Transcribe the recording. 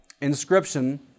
inscription